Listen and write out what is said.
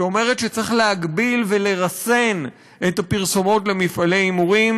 שאומרת שצריך להגביל ולרסן את הפרסומות למפעלי הימורים,